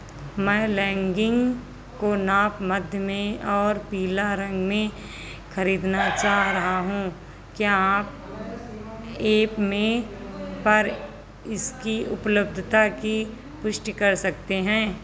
मैं लैंगिग को नाप मध्य में और पीला रंग में खरीदना चाह रहा हूँ क्या आप एप में पर इसकी उपलब्धता की पुष्टि कर सकते हैं